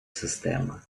система